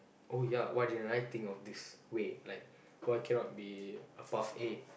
oh ya why didn't I think of this way like why cannot be a path A